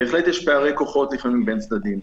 בהחלט יש פערי כוחות לפעמים בין צדדים,